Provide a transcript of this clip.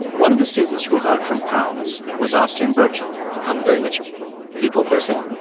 one of the students who heard from pounce was austin birtul i'm very much a people person.